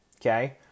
okay